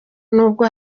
nubwo